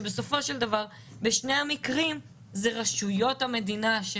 בסופו של דבר בשני המקרים אלו רשויות המדינה.